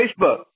Facebook